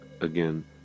Again